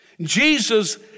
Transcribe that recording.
Jesus